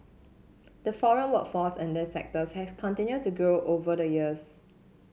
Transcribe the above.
the foreign workforce in these sectors has continued to grow over the years